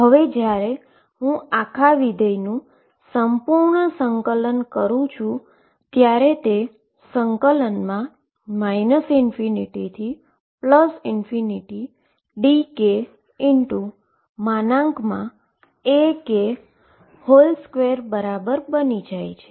હવે જ્યારે હું આ આખા ફંક્શનનું સંપૂર્ણ ઈન્ટીગ્રેટ કરુ છુ ત્યારે તે ∞ dk Ak2 બરાબર બની જાય છે